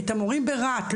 את המורים ברהט,